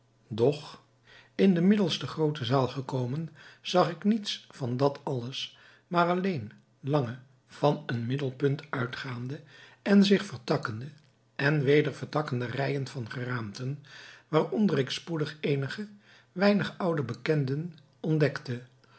doch in de middelste groote zaal gekomen zag ik niets van dat alles maar alleen lange van een middelpunt uitgaande en zich vertakkende en weder vertakkende rijen van geraamten waaronder ik spoedig eenige weinige oude bekenden ontdekte